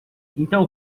então